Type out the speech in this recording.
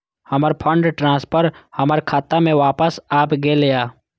हमर fund transfer हमर खाता में वापस आब गेल या